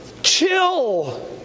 Chill